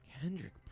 Kendrick